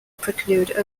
preclude